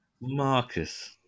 Marcus